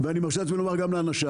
ואני מרשה לעצמי לומר גם לאנשיי